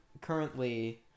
currently